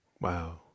Wow